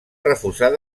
refusar